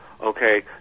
Okay